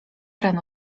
rano